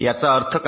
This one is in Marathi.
याचा अर्थ काय